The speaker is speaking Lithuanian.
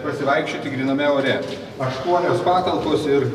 pasivaikščioti gryname ore aštuonios patalpos ir